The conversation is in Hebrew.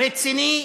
רציני.